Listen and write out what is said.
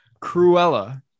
Cruella